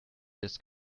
this